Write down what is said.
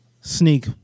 Sneak